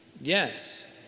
Yes